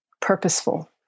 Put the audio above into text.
purposeful